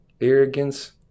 arrogance